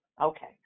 okay